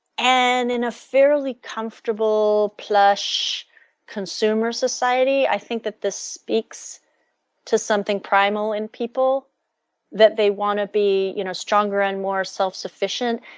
and in a fairly comfortable plush consumer society i think that this speaks to something primal in people that they want to be you know stronger and more self-sufficient.